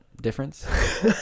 difference